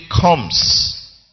comes